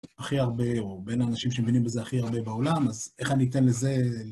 הכי הרבה, או בין האנשים שמבינים בזה הכי הרבה בעולם, אז איך אני אתן לזה...